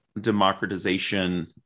Democratization